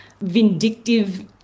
vindictive